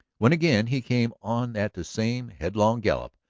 when again he came on at the same headlong gallop,